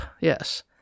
Yes